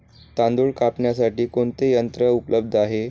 तांदूळ कापण्यासाठी कोणते यंत्र उपलब्ध आहे?